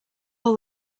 all